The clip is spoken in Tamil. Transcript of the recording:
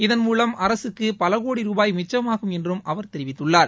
இதன் மூலம் அரசுக்கு பல கோடி ரூபாய் மிச்சமாகும் என்றும் அவர் தெரிவித்துள்ளார்